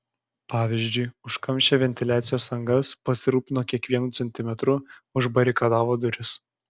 pavyzdžiui užkamšė ventiliacijos angas pasirūpino kiekvienu centimetru užbarikadavo duris